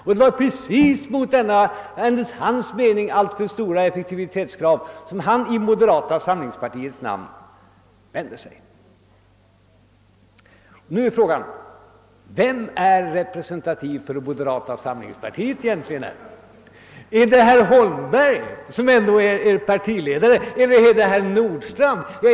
Och det var mot detta enligt herr Holmbergs mening alltför hårda effektivitetskrav som han vände sig i moderata samlingspartiets namn. Då vill jag fråga: Vem är representativ för moderata samlingspartiet? Är det herr Holmberg, som ju ändå är partiledare, eller är det herr Nordstrandh?